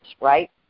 right